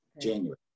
January